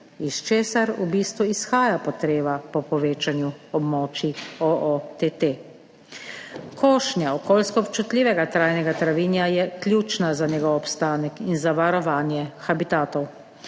iz česar v bistvu izhaja potreba po povečanju območij OOTT. Košnja okoljsko občutljivega trajnega travinja je ključna za njegov obstanek in za varovanje habitatov,